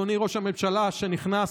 אדוני ראש הממשלה שנכנס,